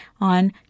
on